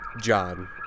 John